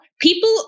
people